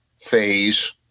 phase